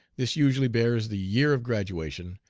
this usually bears the year of graduation,